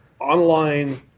online